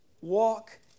walk